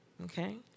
Okay